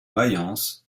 mayence